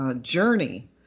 Journey